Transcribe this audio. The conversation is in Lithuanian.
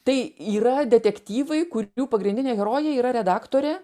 tai yra detektyvai kurių pagrindinė herojė yra redaktorė